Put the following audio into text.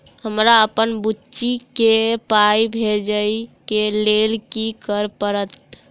हमरा अप्पन बुची केँ पाई भेजइ केँ लेल की करऽ पड़त?